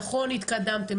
נכון התקדמתם,